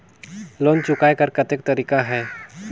Loan चुकाय कर कतेक तरीका है?